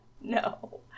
No